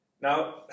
Now